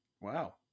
Wow